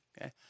okay